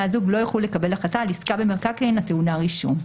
הזוג לא יוכלו לקבל החלטה על עסקה במקרקעין הטעונה רישום.